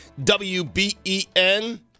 wben